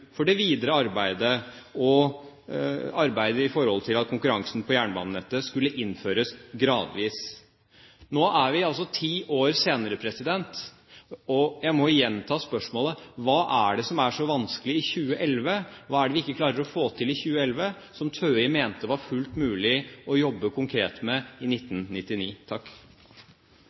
for det videre arbeidet og arbeidet i forhold til at konkurransen på jernbanenettet skulle innføres gradvis. Nå er vi altså ti år senere, og jeg må gjenta spørsmålet: Hva er det som er så vanskelig i 2011? Hva er det vi ikke klarer å få til i 2011 som TØI mente var fullt mulig å jobbe konkret med i 1999?